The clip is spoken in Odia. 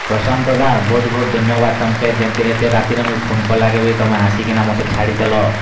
ପ୍ରଶାନ୍ତ ଦା ବହୁତ୍ ବହୁତ୍ ଧନ୍ୟବାଦ୍ ତମ୍କେ ଯେନ୍ତି ଏତେ ରାତିରେ ମୁଇଁ ଫୋନ୍ କଲା କେ ବି ତମେ ଆସି କିନା ମୋତେ ଛାଡ଼ି ଦେଲ